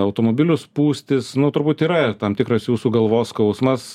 automobilių spūstys nu turbūt yra tam tikras jūsų galvos skausmas